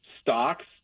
stocks